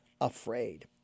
afraid